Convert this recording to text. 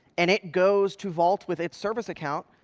and it goes to vault with its service account,